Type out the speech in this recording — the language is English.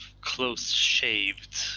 close-shaved